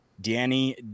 Danny